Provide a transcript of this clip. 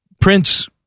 Prince